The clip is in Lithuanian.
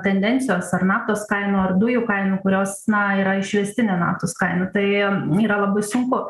tendencijos ar naftos kainų ar dujų kainų kurios na yra išvestinė naftos kainų tai yra labai sunku